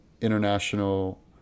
international